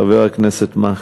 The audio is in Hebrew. חבר הכנסת מקלב.